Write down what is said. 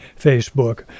Facebook